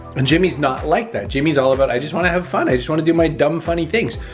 and jimmy's not like that. jimmy's all about i just wanna have fun, i just wanna do my dumb, funny things.